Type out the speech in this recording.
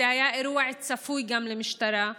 זה היה אירוע צפוי, גם למשטרה.